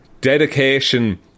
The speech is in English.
Dedication